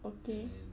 okay